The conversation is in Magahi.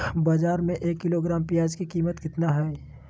बाजार में एक किलोग्राम प्याज के कीमत कितना हाय?